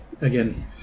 again